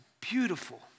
beautiful